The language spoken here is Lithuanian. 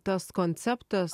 tas konceptas